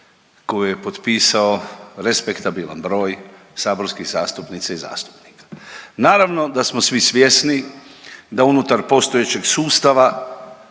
koju je potpisao respektabilan broj saborskih zastupnica i zastupnika. Naravno da smo svi svjesni da unutar postojećeg sustava